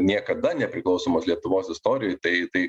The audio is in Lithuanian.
niekada nepriklausomos lietuvos istorijoj tai